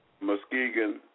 Muskegon